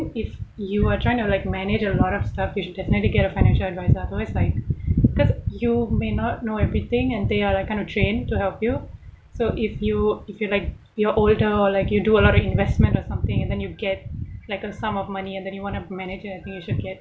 if you are trying to like manage a lot of stuff you should definitely get a financial adviser otherwise like because you may not know everything and they are like kind of trained to help you so if you if you like you are older or like you do a lot of investment or something and then you get like a sum of money and then you want to manage it I think you should get